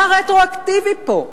מה רטרואקטיבי פה?